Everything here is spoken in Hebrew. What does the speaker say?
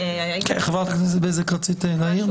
חברת הכנסת בזק, רצית להעיר?